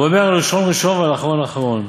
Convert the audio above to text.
ואומר על ראשון ראשון ועל אחרון אחרון,